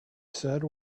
said